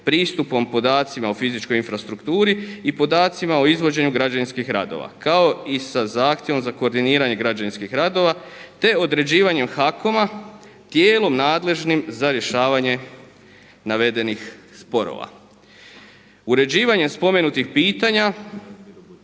pristupom podacima o fizičkoj infrastrukturi i podacima o izvođenju građevinskih radova kao i sa zahtjevom za koordiniranje građevinskih radova, te određivanjem HAKOM-a tijelom nadležnim za rješavanje navedenih sporova. Uređivanjem spomenutih pitanja